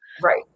Right